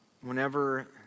whenever